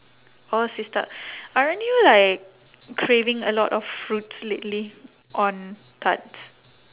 orh sister aren't you like craving a lot of fruits lately on tarts